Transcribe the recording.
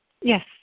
Yes